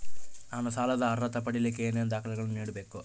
ನಾನು ಸಾಲದ ಅರ್ಹತೆ ಪಡಿಲಿಕ್ಕೆ ಏನೇನು ದಾಖಲೆಗಳನ್ನ ನೇಡಬೇಕು?